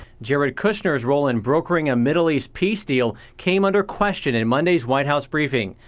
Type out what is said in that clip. jared kushner's role in brokering a middle east peace deal came under question in monday's white house briefing,